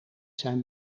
zijn